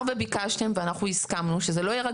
ביקשתם ואנחנו הסכמנו שזה לא יהיה רק